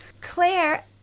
Claire